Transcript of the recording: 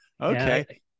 Okay